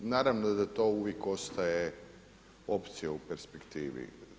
Naravno da to uvijek ostaje opcija u perspektivi.